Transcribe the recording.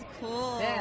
cool